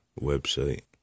website